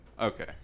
Okay